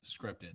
scripted